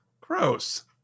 Gross